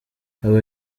aba